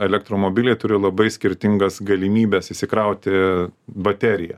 elektromobiliai turi labai skirtingas galimybes išsikrauti bateriją